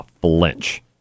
flinch